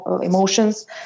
emotions